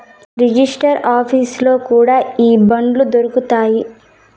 register ఆఫీసుల్లో కూడా ఈ బాండ్లు దొరుకుతాయి